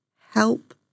Help